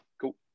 Cool